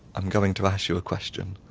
i'm going to ask you a question,